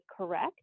correct